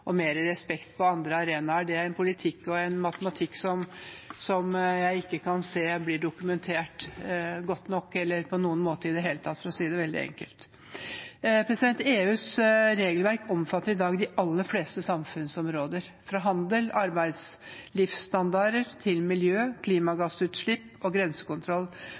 en matematikk som jeg ikke kan se blir dokumentert godt nok, eller på noen måte i det hele tatt, for å si det veldig enkelt. EUs regelverk omfatter i dag de aller fleste samfunnsområder – fra handel og arbeidslivsstandarder til miljø, klimagassutslipp og grensekontroll.